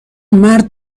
مرد